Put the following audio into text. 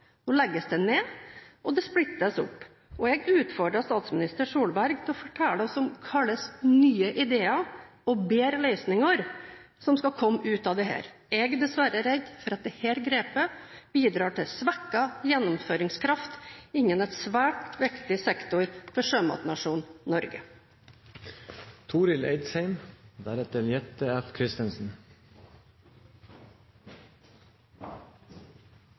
Nå splittes det opp, og jeg utfordrer statsminister Solberg til å fortelle oss hvilke nye ideer og bedre løsninger som skal komme ut av dette. Jeg er dessverre redd for at dette grepet bidrar til svekket gjennomføringskraft innen en svært viktig sektor for sjømatnasjonen Norge.